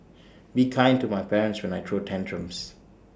be kind to my parents when I throw tantrums